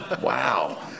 Wow